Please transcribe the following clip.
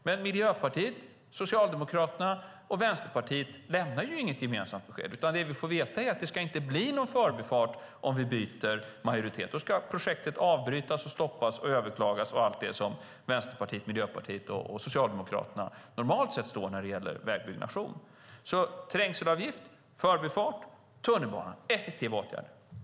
Men Miljöpartiet, Socialdemokraterna och Vänsterpartiet lämnar inget gemensamt besked. Vi får veta att det inte ska bli någon Förbifart om vi byter majoritet. Då ska projektet avbrytas, stoppas och överklagas och allt det som Vänsterpartiet, Miljöpartiet och Socialdemokraterna normalt sett står för när det gäller vägbyggnation. Trängselavgift, Förbifart och tunnelbana. Det är effektiva åtgärder.